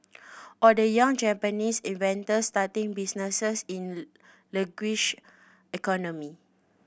or the young Japanese inventors starting businesses in sluggish economy